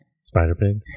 Spider-Pig